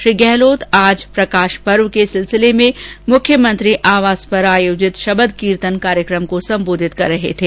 श्री गहलोत आज प्रकाश पर्व को सिलसिले में मुख्यमंत्री आवास में आयोजित शबंद कीर्तन कार्यक्रम को संबोधित कर रहे थे